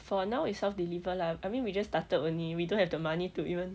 for now it's self deliver lah I mean we just started only we don't have the money to even